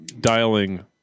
dialing